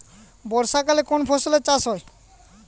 বর্ষাকালে কোন ফসলের চাষ হয়?